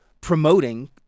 promoting